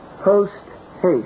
post-haste